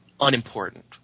unimportant